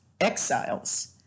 exiles